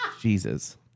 jesus